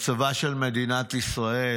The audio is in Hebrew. מצבה של מדינת ישראל